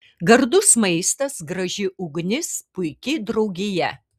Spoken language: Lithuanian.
gardus maistas graži ugnis puiki draugija